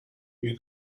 you